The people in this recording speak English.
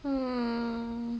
hmm